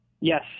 Yes